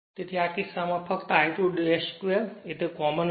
તેથી આ કિસ્સામાં ફક્ત I2 2 છે તે કોમન લો